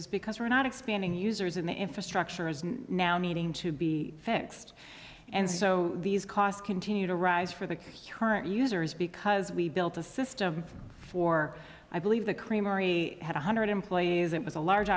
is because we're not expanding users in the infrastructure is now needing to be fixed and so these costs continue to rise for the current users because we built a system for i believe the creamery had one hundred employees it was a large